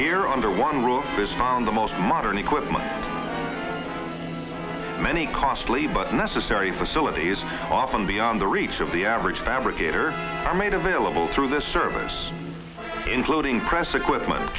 here under one roof is found the most modern equipment many costly but necessary facilities often beyond the reach of the average fabricators are made available through this service including press equipment